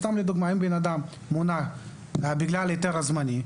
לדוגמה: אם בן אדם מונה בגלל ההיתר הזמני,